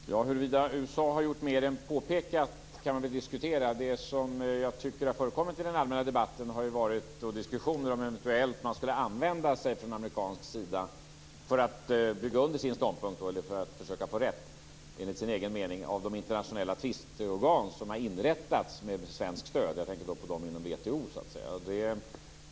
Herr talman! Huruvida USA har gjort mer än påpekat kan man väl diskutera. Det som jag tycker har förekommit i den allmänna debatten har varit diskussioner om ifall man från amerikansk sida eventuellt skulle använda sig av de internationella tvisteorgan som har inrättats med svenskt stöd för att bygga under sin ståndpunkt, eller försöka få rätt enligt sin egen mening. Jag tänker på organen inom WTO.